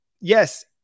yes